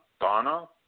Donna